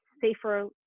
safer